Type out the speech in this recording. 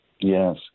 Yes